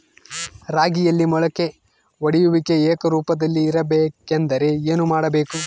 ರಾಗಿಯಲ್ಲಿ ಮೊಳಕೆ ಒಡೆಯುವಿಕೆ ಏಕರೂಪದಲ್ಲಿ ಇರಬೇಕೆಂದರೆ ಏನು ಮಾಡಬೇಕು?